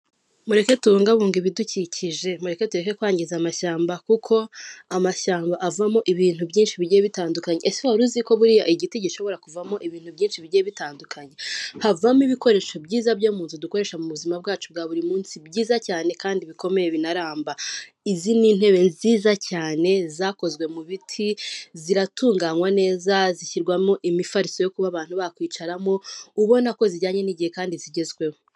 Mureke tubungabunge ibidukikije, mureke tureke kwangiza amashyamba, kuko amashyamba avamo ibintu byinshi bigiye bitandukanye. Ese wari uziko buriya igiti gishobora kuvamo ibintu byinshi bigiye bitandukanye? Havamo ibikoresho byiza byo mu nzu dukoresha mu zima bwacu bwa buri munsi, byiza cyane kandi bikomeye binaramba. Izi ni intebe nziza cyane, zakozwe mu biti, ziratunganywa neza, zishyirwamo imifariso yo kuba abantu bakwicaramo, ubona ko zijyanye n'igihe kandi zigezweho.